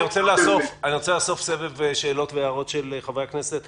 אני רוצה לאסוף סבב שאלות והערות של חברי הכנסת.